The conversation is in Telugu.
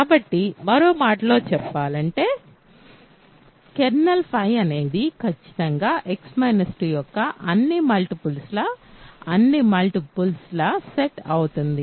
కాబట్టి మరో మాటలో చెప్పాలంటే కెర్నల్ అనేది ఖచ్చితంగా x 2 యొక్క అన్ని మల్టిపుల్స్ ల సెట్ అవుతుంది